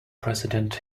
president